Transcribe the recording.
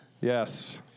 Yes